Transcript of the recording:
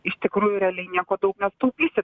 iš tikrųjų realiai nieko daug netaupysi na